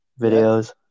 videos